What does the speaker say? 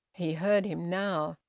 he heard him now.